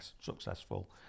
successful